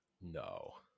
No